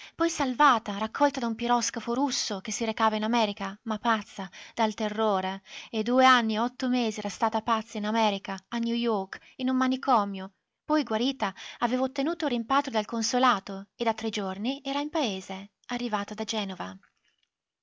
poi salvata raccolta da un piroscafo russo che si recava in america ma pazza dal terrore e due anni e otto mesi era stata pazza in america a new york in un manicomio poi guarita aveva ottenuto il rimpatrio dal consolato e da tre giorni era in paese arrivata da genova